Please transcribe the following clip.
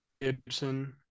Gibson